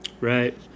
Right